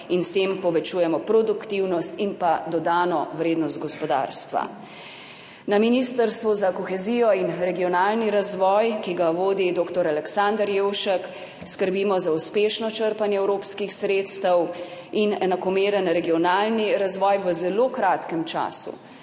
in s tem povečujemo produktivnost in dodano vrednost gospodarstva. Na Ministrstvu za kohezijo in regionalni razvoj, ki ga vodi dr. Aleksander Jevšek, skrbimo za uspešno črpanje evropskih sredstev in enakomeren regionalni razvoj. V zelo kratkem času